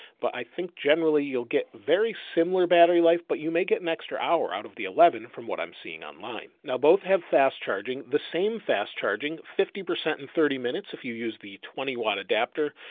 but i think generally you'll get very similar battery life, but you may get an extra hour out of the eleven, from what i'm seeing online. now both have fast charging the same fast charging, fifty percent in thirty minutes, if you use the twenty watt adapter.